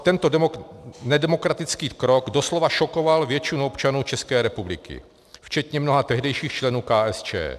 Tento nedemokratický krok doslova šokoval většinu občanů České republiky, včetně mnoha tehdejších členů KSČ.